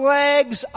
legs